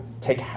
take